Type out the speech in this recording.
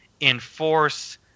enforce